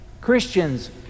Christians